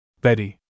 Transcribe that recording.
Betty